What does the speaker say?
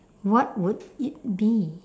what would it be